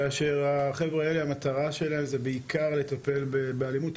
כאשר החבר'ה הלאה המטרה שלהם זה בעיקר לטפל באלימות,